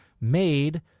made